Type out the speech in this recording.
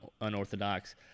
unorthodox